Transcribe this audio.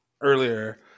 earlier